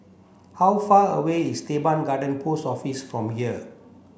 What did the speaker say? how far away is Teban Garden Post Office from here